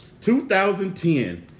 2010